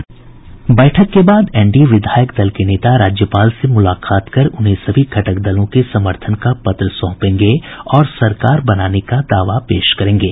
sound bite बैठक के बाद एनडीए विधायक दल के नेता राज्याल से मुलाकात कर उन्हें सभी घटक दलों के समर्थन का पत्र सौंपेंगे और सरकार बनाने का दावा पेश करेंगे